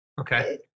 Okay